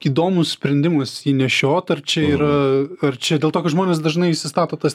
įdomus sprendimas jį nešiot ar čia yra ar čia dėl to kad žmonės dažnai įsistato tas